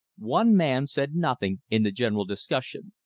one man said nothing in the general discussion.